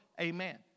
Amen